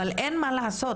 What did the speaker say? אבל אין מה לעשות,